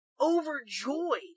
overjoyed